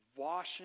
Washing